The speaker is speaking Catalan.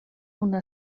una